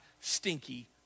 stinky